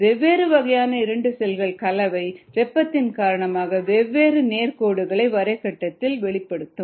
வெவ்வேறு வகையான 2 செல்களின் கலவை வெப்பத்தின் காரணமாக வெவ்வேறு நேர் கோடுகளை வரை கட்டத்தில் வெளிப்படுத்தும்